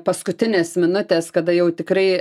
paskutinės minutės kada jau tikrai